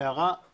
(היו"ר משה ארבל,